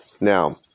Now